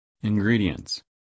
ingredients